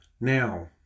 Now